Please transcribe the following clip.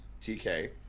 TK